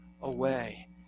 away